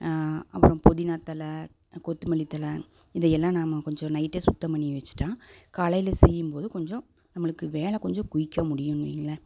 அப்புறம் புதினா தல கொத்தமல்லி தல இதையெல்லாம் நாம கொஞ்சம் நைட்டே சுத்தம் பண்ணி வச்சிவிட்டா காலையில செய்யும் போது கொஞ்சம் நம்மளுக்கு வேலை கொஞ்சம் குயிக்காக முடியுன்னு வைங்களேன்